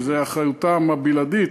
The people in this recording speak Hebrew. שזו אחריותם הבלעדית,